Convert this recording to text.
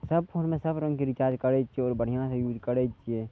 सभ फोनमे सभ रङ्गके रिचार्ज करै छियै आओर बढ़िआँ से यूज करै छियै